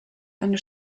eine